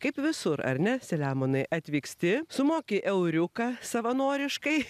kaip visur ar ne selemonai atvyksti sumoki euriuką savanoriškai